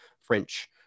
French